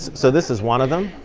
so this is one of them.